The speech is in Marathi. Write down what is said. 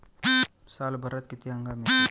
सालभरात किती हंगाम येते?